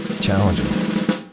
challenging